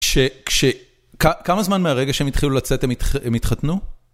כש... כמה זמן מהרגע שהם התחילו לצאת הם התחתנו?